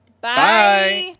Bye